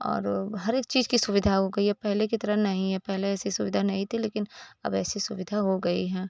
और हर एक चीज़ की सुविधा हो गई है अब पहले की तरह नहीं है पहले ऐसी सुविधा नहीं थी लेकिन अब ऐसी सुविधा हो गई है